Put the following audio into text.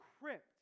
crypt